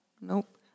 Nope